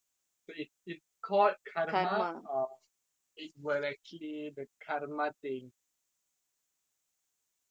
so it's it's called karma orh it well actually the karma thing